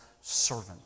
servant